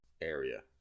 area